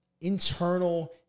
internal